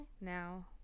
now